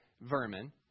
vermin